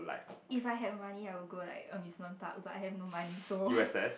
if I had money I would go like amusement park but I have no money so